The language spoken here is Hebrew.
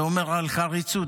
זה מעיד על חריצות.